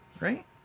right